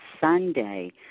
Sunday